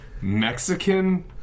Mexican